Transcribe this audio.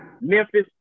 Memphis